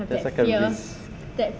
there's like a risk